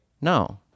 no